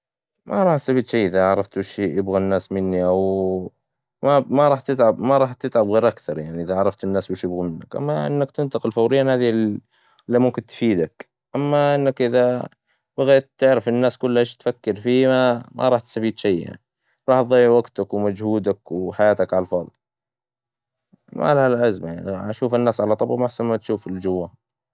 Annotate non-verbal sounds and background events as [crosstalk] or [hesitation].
مماانا سويت شي إذا عرفت وش هي يبغى الناس مني، أو [hesitation] ماب- ما راح تتعب، ما راح تتعب غير أكثر، يعني إذا عرفت الناس وش يبغون منك، أما إنك تنتقل فورياً، هذي إللي ممكن تفيدك، أما إنك إذا بغيت تعرف الناس كلها إيش تفكر فيه، ما راح تستفيد شي يعني، راح تظيع وقتك ومجهودك، وحياتك عالفاظي، ما لها لازمة يعني، أشوف الناس على طبعهم أحسن ما تشوف إللي جواهم.